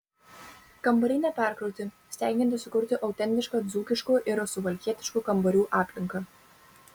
kambariai neperkrauti stengiantis sukurti autentišką dzūkiškų ir suvalkietiškų kambarių aplinką